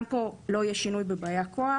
גם פה לא יהיה שינוי בבאי הכוח.